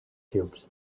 cubes